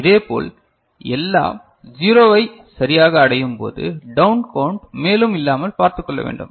இதேபோல் எல்லா 0 ஐயும் சரியாக அடையும்போது டவுன் கவுன்ட் மேலும் இல்லாமல் பார்த்துக்கொள்ள வேண்டும்